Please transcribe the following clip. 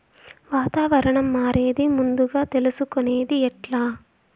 వాతావరణం మారేది ముందుగా తెలుసుకొనేది ఎట్లా?